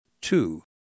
two